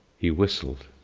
he whistled.